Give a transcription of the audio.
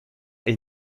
est